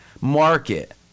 market